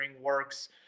works